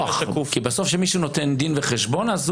כי בסוף שמישהו נותן דין וחשבון הוא